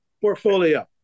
portfolio